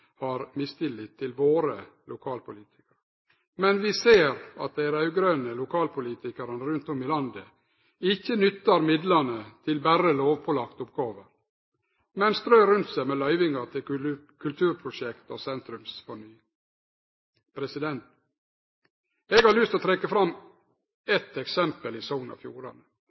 har mistillit til våre lokalpolitikarar, men vi ser at dei raud-grøne lokalpolitikarane rundt om i landet ikkje nyttar midlane til berre lovpålagde oppgåver, men strør rundt seg med løyvingar til kulturprosjekt og sentrumsfornying. Eg har lyst å trekkje fram eit eksempel i Sogn og Fjordane,